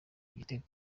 igitego